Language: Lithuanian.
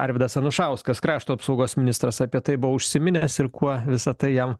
arvydas anušauskas krašto apsaugos ministras apie tai buvo užsiminęs ir kuo visa tai jam